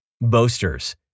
boasters